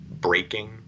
breaking